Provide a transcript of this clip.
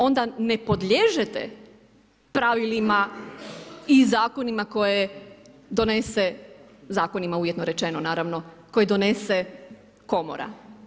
Pa onda ne podliježete pravilima i zakonima koje donese, zakonima uvjetno rečeno naravno koje donese komora.